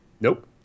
Nope